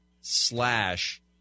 slash